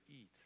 eat